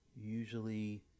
usually